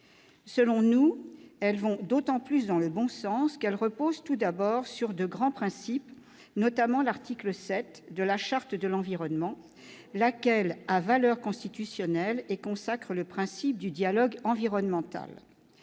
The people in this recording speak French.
Selon nous, ces ordonnances vont d'autant plus dans le bon sens qu'elles reposent sur de grands principes, notamment l'article 7 de la Charte de l'environnement, laquelle a valeur constitutionnelle et consacre le principe du dialogue environnemental.